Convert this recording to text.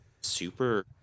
super